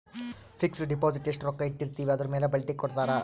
fix deposit ಎಸ್ಟ ರೊಕ್ಕ ಇಟ್ಟಿರ್ತಿವಿ ಅದುರ್ ಮೇಲೆ ಬಡ್ಡಿ ಕೊಡತಾರ